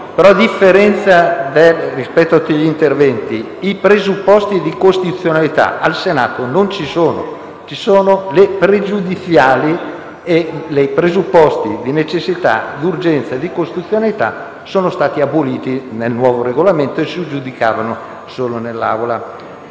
ma rispetto a tutti gli interventi segnalo che i presupposti di costituzionalità al Senato non ci sono: ci sono le pregiudiziali e i presupposti di necessità, di urgenza e di costituzionalità sono stati aboliti nel nuovo Regolamento e si giudicavano solo in